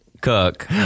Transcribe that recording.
Cook